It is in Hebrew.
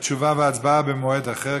תשובה והצבעה במועד אחר,